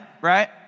right